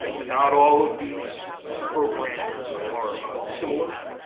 but not all of these programs are similar.